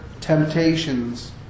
temptations